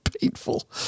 painful